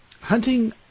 Hunting